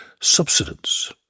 subsidence